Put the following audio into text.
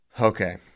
Okay